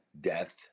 death